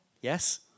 Yes